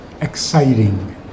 exciting